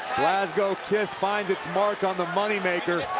glasgow kiss finds its mark on the money-maker.